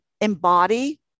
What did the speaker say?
embody